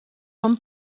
són